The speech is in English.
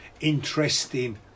interesting